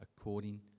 According